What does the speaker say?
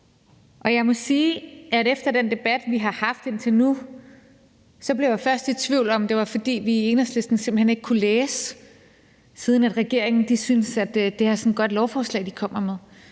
Jeg må sige, at efter den debat, vi har haft indtil nu, blev jeg først i tvivl om, om Enhedslisten simpelt hen ikke kunne læse, siden regeringen synes, at det er sådan et godt lovforslag, de kommer med.